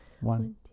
One